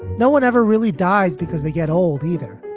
no one ever really dies because they get old, either